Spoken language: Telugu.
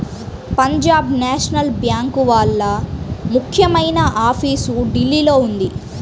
పంజాబ్ నేషనల్ బ్యేంకు వాళ్ళ ముఖ్యమైన ఆఫీసు ఢిల్లీలో ఉంది